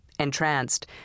Entranced